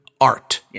art